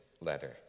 letter